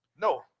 No